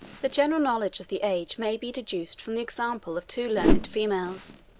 the general knowledge of the age may be deduced from the example of two learned females,